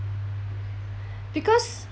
because